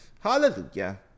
hallelujah